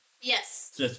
Yes